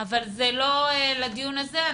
אבל זה לא לדיון הזה.